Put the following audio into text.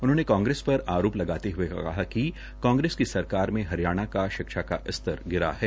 उन्होंने कांग्रेस पर आरोप लगाते हुए कहा कि कांग्रेस की सरकार में हरियाणा में शिक्षा का स्तर गिरा है